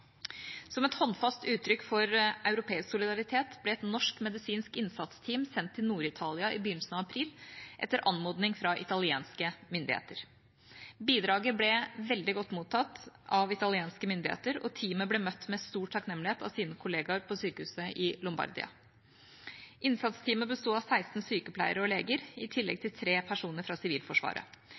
Som et håndfast uttrykk for europeisk solidaritet ble et norsk medisinsk innsatsteam sendt til Nord-Italia i begynnelsen av april etter anmodning fra italienske myndigheter. Bidraget ble veldig godt mottatt av italienske myndigheter, og teamet ble møtt med stor takknemlighet av sine kollegaer på sykehuset i Lombardia. Innsatsteamet besto av 16 sykepleiere og leger, i tillegg til 3 personer fra Sivilforsvaret.